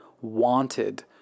wanted